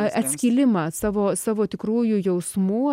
atskilimą savo savo tikrųjų jausmų